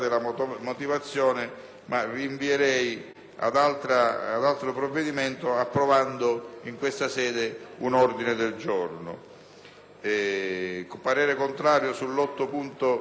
ad altro provvedimento, accogliendo in questa sede un ordine del giorno. Il parere è contrario sull'8.0.90/1